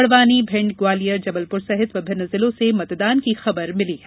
बड़वानी भिंड ग्वालियर जबलपुर सहित विभिन्न जिलो से मतदान की खबर मिली है